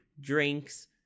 drinks